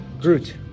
Groot